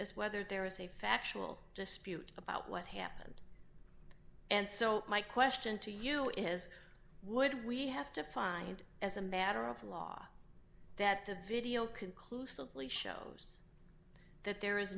is whether there is a factual dispute about what happened and so my question to you is would we have to find as a matter of law that the video conclusively shows that there is